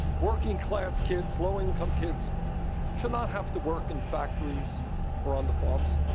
working class kids, low income kids should not have to work in factories or on the farms.